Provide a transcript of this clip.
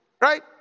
right